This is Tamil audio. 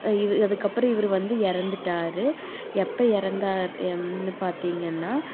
அது இது அதுக்கப்புறம் இவர் வந்து இறந்துட்டாரு எப்போ இறந்தாருன்னு பார்த்திங்கன்னா